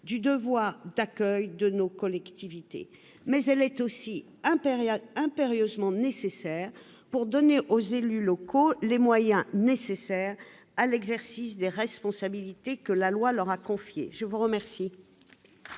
du devoir d'accueil des collectivités territoriales. Elle est aussi impérieusement nécessaire pour donner aux élus locaux les moyens indispensables à l'exercice des responsabilités que la loi leur a confiées. La parole